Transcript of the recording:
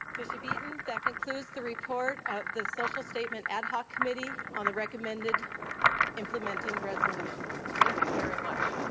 bishop eaton, that concludes the report of the social statement ad hoc committee on the recommended implementing resolutions. thank you very much.